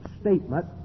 statement